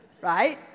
Right